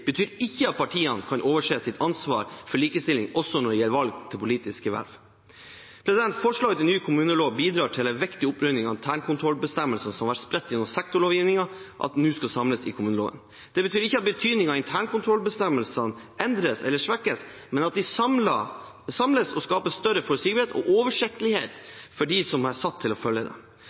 betyr ikke at partiene kan overse sitt ansvar for likestilling også når det gjelder valg til politiske verv. Forslaget til ny kommunelov bidrar til en viktig opprydding ved at internkontrollbestemmelser som har vært spredt gjennom sektorlovgivningen, nå skal samles i kommuneloven. Det betyr ikke at betydningen av internkontrollbestemmelsene endres eller svekkes, men at de samles og skaper større forutsigbarhet og oversiktlighet for dem som er satt til å følge dem.